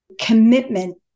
commitment